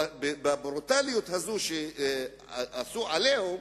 בברוטליות הזאת שעשו "עליהום",